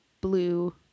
Blue